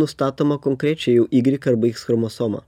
nustatoma konkrečiai jau ygrik arba iks chromosoma